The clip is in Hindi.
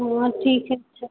हाँ ठीक है अच्छा